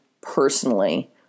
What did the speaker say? personally